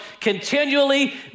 continually